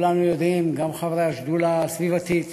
כולנו יודעים, גם חברי השדולה הסביבתית